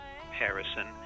Harrison